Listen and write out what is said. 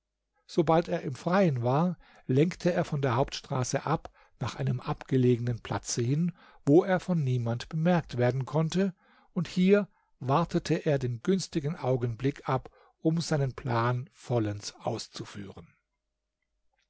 sobald er im freien war lenkte er von der hauptstraße ab nach einem abgelegenen platze hin wo er von niemand bemerkt werden konnte und hier wartete er den günstigen augenblick ab um seinen plan vollends auszuführen